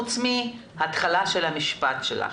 לבד מההתחלה של המשפט שלך.